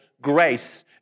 grace